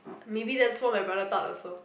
maybe that's what my brother thought also